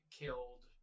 killed